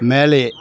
மேலே